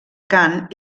cant